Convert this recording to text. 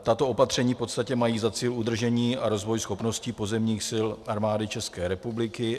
Tato opatření v podstatě mají za cíl udržení a rozvoj schopností pozemních sil Armády České republiky.